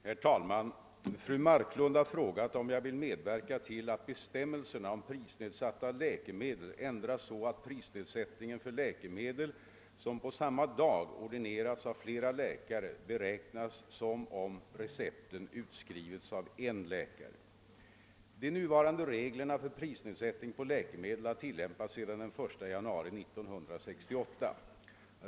Herr talman! Fru Marklund har frågat om jag vill medverka till att bestämmelserna om prisnedsatta läkemedel ändras så att prisnedsättningen för läkemedel som på samma dag ordinerats av flera läkare beräknas som om recepten utskrivits av en läkare. De nuvarande reglerna för prisnedsättning på läkemedel har tillämpats sedan den 1 januari 1968.